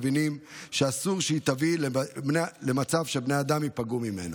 מבינים שאסור שהיא תביא למצב שבני אדם ייפגעו ממנה.